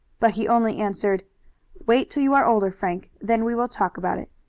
but he only answered wait till you are older, frank. then we will talk about it.